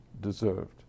deserved